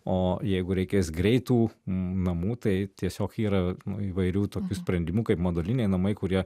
o jeigu reikės greitų namų tai tiesiog yra nu įvairių tokių sprendimų kaip moduliniai namai kurie